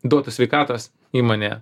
duotų sveikatos įmonė